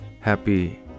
Happy